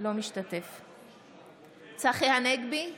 אינו משתתף בהצבעה צחי הנגבי,